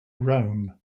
rome